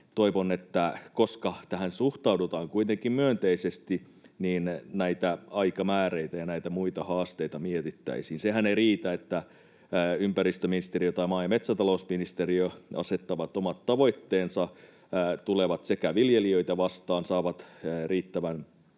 Toivon, että koska tähän suhtaudutaan kuitenkin myönteisesti, niin näitä aikamääreitä ja näitä muita haasteita mietittäisiin. Sehän ei riitä, että ympäristöministeriö ja maa‑ ja metsätalousministeriö asettavat omat tavoitteensa, tulevat viljelijöitä vastaan, saavat riittävän